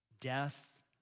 death